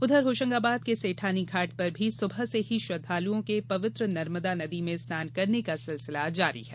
उधर होशंगाबाद के सेठानी घाट पर भी सुबह से ही श्रद्वालुओं के पवित्र नर्मदा नदी में स्नान करने का सिलसिला जारी है